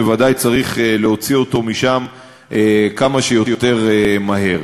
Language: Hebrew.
בוודאי צריך להוציא אותו משם כמה שיותר מהר.